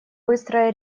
быстрой